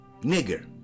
Nigger